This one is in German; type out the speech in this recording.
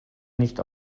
nicht